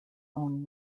own